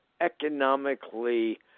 economically